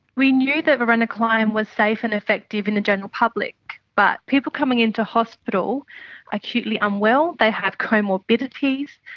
we knew that varenicline was safe and effective in the general public, but people coming in to hospital acutely unwell, they have comorbidities,